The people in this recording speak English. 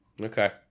Okay